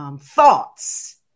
thoughts